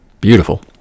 beautiful